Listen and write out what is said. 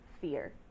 fear